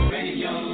Radio